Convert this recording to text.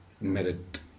merit